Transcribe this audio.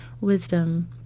wisdom